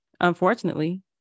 unfortunately